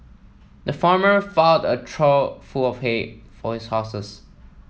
the farmer a trough full of hay for his horses